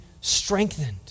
strengthened